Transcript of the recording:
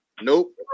Nope